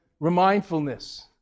remindfulness